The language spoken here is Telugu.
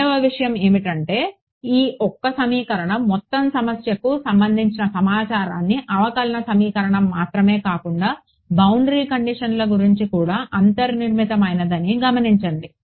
రెండవ విషయమేమిటంటే ఈ ఒక సమీకరణం మొత్తం సమస్యకు సంబంధించిన సమాచారాన్ని అవకలన సమీకరణం మాత్రమే కాకుండా బౌండరీ కండిషన్ల గురించి కూడా అంతర్నిర్మితమైందని గమనించండి